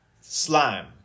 Slime